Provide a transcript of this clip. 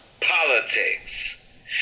politics